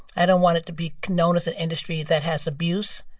i don't want it to be known as an industry that has abuse.